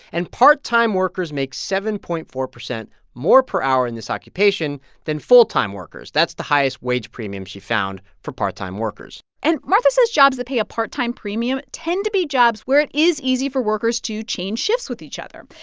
and part-time workers make seven point four zero more per hour in this occupation than full-time workers. that's the highest wage premium she found for part-time workers and martha says jobs that pay a part-time premium tend to be jobs where it is easy for workers to change shifts with each other.